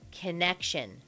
connection